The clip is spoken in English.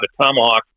Tomahawk